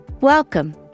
Welcome